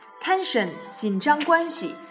Tension,紧张关系